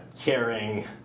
caring